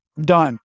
Done